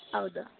ಹೌದಾ